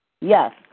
Yes